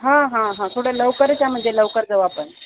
हां हां हां थोडं लवकरच या म्हणजे लवकर जाऊ आपण